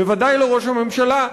בוודאי לא ראש הממשלה,